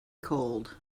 cold